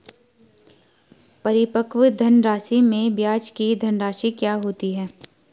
परिपक्व धनराशि में ब्याज की धनराशि क्या होती है?